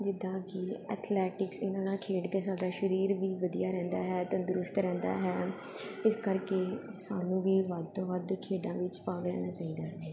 ਜਿੱਦਾਂ ਕਿ ਐਥਲੈਟਿਕਸ ਇਹਨਾਂ ਨਾਲ ਖੇਡ ਕੇ ਸਾਡਾ ਸਰੀਰ ਵੀ ਵਧੀਆ ਰਹਿੰਦਾ ਹੈ ਤੰਦਰੁਸਤ ਰਹਿੰਦਾ ਹੈ ਇਸ ਕਰਕੇ ਸਾਨੂੰ ਵੀ ਵੱਧ ਤੋਂ ਵੱਧ ਖੇਡਾਂ ਵਿੱਚ ਭਾਗ ਲੈਣਾ ਚਾਹੀਦਾ ਹੈ